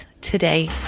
today